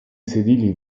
sedili